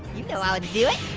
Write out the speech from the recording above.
you know how ah to do it.